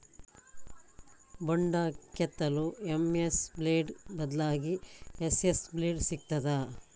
ಬೊಂಡ ಕೆತ್ತಲು MS blade ಬದ್ಲಾಗಿ ಎಸ್.ಎಸ್ ಬ್ಲೇಡ್ ಸಿಕ್ತಾದ?